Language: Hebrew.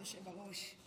אדוני היושב-ראש,